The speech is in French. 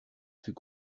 fut